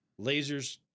lasers